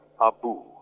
Abu